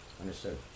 Understood